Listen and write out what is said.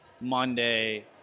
Monday